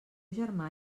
germà